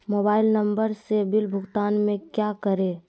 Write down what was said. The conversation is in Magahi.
मोबाइल नंबर से बिल भुगतान में क्या करें?